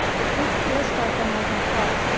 if this callisto thing was in place,